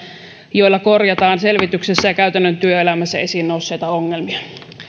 joilla korjataan selvityksessä ja käytännön työelämässä esiin nousseita ongelmia